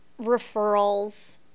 referrals